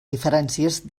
diferències